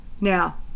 Now